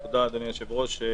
תודה, אדוני היושב-ראש,